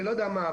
ולא יודע מה,